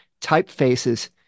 typefaces